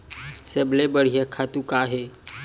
सबले बढ़िया खातु का हे?